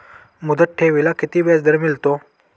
मुदत ठेवीला किती व्याजदर मिळतो?